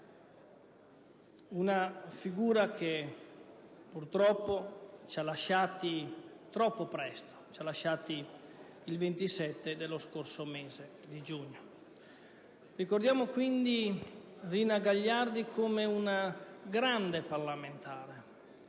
una figura che purtroppo ci ha lasciati troppo presto, lo scorso 27 giugno. Ricordiamo quindi Rina Gagliardi come una grande parlamentare